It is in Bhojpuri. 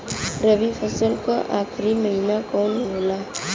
रवि फसल क आखरी महीना कवन होला?